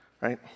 Right